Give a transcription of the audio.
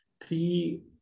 Three